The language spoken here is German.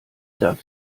darf